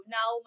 Now